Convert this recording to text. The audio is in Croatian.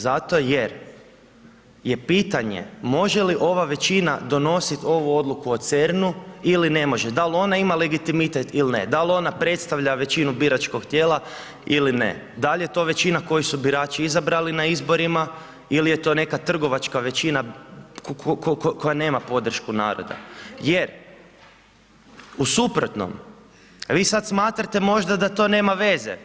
Zato jer je pitanje može li ova većina donositi ovu odluku o CERN-u ili ne može, da li ona ima legitimitet ili ne, da li ona predstavlja većinu biračkog tijela ili ne, da li je to većina koju su birači izabrali na izborima ili je to neka trgovačka većina koja nema podršku naroda jer u suprotnom vi sad smatrate možda da to nema veze.